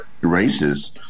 races